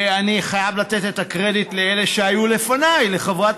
ואני חייב לתת את הקרדיט לאלה שהיו לפניי: חברת